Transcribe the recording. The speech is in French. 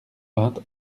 vingt